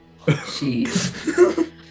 Jeez